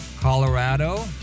Colorado